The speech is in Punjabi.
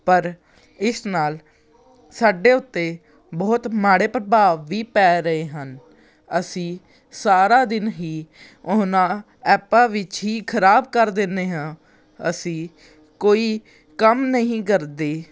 ਪਰ ਇਸ ਨਾਲ ਸਾਡੇ ਉੱਤੇ ਬਹੁਤ ਮਾੜੇ ਪ੍ਰਭਾਵ ਵੀ ਪੈ ਰਹੇ ਹਨ ਅਸੀਂ ਸਾਰਾ ਦਿਨ ਹੀ ਉਹਨਾਂ ਐਪਾਂ ਵਿੱਚ ਹੀ ਖਰਾਬ ਕਰ ਦਿੰਦੇ ਹਾਂ ਅਸੀਂ ਕੋਈ ਕੰਮ ਨਹੀਂ ਕਰਦੇ